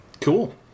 cool